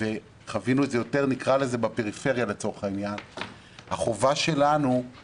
וחווינו את זה יותר בפריפריה, החובה שלנו היא